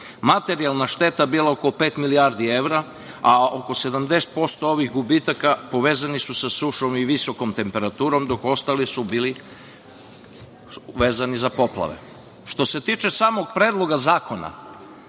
materijalna šteta bila oko pet milijardi evra, a oko 70% ovih gubitaka povezani su sa sušom i visokom temperaturom dok su ostali bili vezani za poplave. Što se tiče samog Predloga zakona,